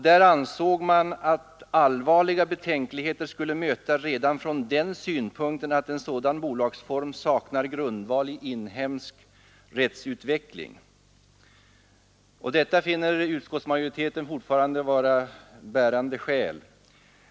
Där ansåg man att allvarliga betänkligheter skulle möta redan från den synpunkten att en sådan bolagsform saknar grundval i inhemsk rättsutveckling. Detta finner utskottsmajoriteten fortfarande vara ett bärande skäl.